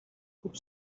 kup